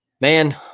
man